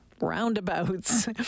roundabouts